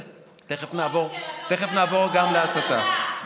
גרוע יותר, אתה עושה הנחות, בהסתה.